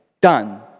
Done